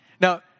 Now